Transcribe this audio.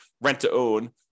rent-to-own